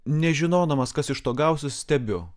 nežinodamas kas iš to gausis stebiu